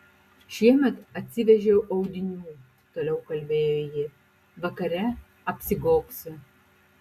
šiemet atsivežiau audinių toliau kalbėjo ji vakare apsigobsiu